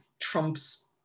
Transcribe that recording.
Trump's